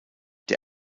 der